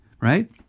right